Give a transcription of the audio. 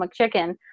McChicken